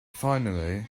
finally